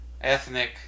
ethnic